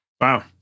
Wow